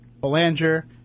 Belanger